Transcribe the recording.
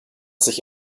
sich